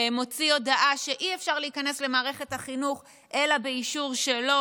מוציא הודעה שאי-אפשר להיכנס למערכת החינוך אלא באישור שלו.